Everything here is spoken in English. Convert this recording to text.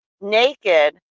naked